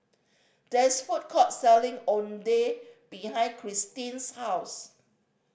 there is food court selling Oden behind Christin's house